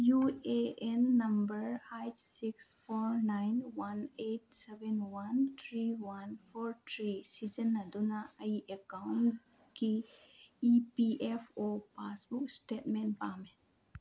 U A N number eight six four nine one eight seven one three one four three ꯁꯤꯖꯤꯟꯅꯗꯨꯅ ꯑꯩ ꯑꯦꯛꯀꯥꯎꯟꯀꯤ E P F O passbook statement ꯄꯥꯝꯃꯤ